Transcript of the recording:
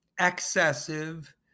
excessive